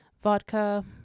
vodka